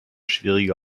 schwierige